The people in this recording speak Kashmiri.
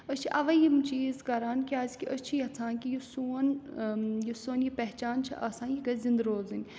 أسۍ چھِ اَوَے یِم چیٖز کَران کیٛازِکہِ أسۍ چھِ یَژھان کہِ یہِ سون یہِ سون یہِ پہچان چھِ آسان یہِ گَژھِ زِنٛدٕ روزٕنۍ